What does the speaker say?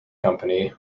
company